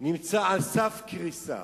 נמצא על סף קריסה